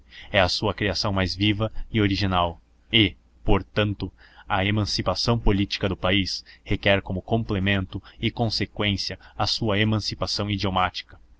é a sua criação mais viva e original e portanto a emancipação política do país requer como complemento e conseqüência a sua emancipação idiomática